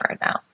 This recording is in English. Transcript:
now